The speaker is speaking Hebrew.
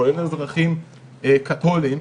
כולל אזרחים קתוליים,